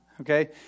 okay